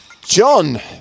John